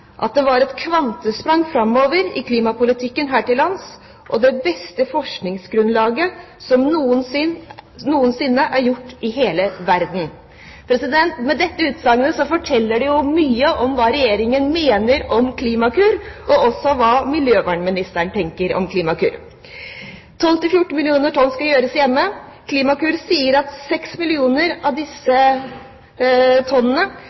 at den var et kvantesprang framover for klimapolitikken her til lands og det beste forskningsgrunnlaget som noensinne er gjort i hele verden. Dette utsagnet forteller mye om hva Regjeringen mener om Klimakur, og også om hva miljøvernministeren tenker om Klimakur. 12 millioner–14 millioner tonn skal tas hjemme. Klimakur sier at 6 millioner av disse tonnene